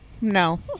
no